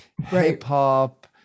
hip-hop